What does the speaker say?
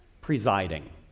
presiding